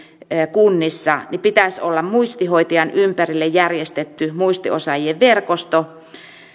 kunnissa pitäisi olla muistihoitajan ympärille järjestetty muistiosaajien verkosto